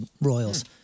Royals